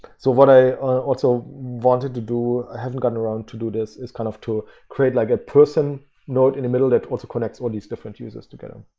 so what i also wanted to do, i haven't gotten around to do this is kind of to create like a person not in the middle that connects all these different users together.